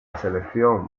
selección